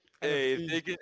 Hey